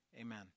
amen